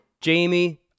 Jamie